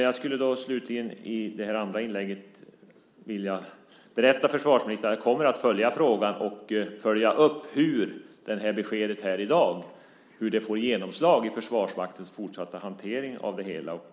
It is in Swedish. Jag kommer att följa den här frågan och följa upp hur det besked som har getts här i dag får genomslag i Försvarsmaktens fortsatta hantering av det hela.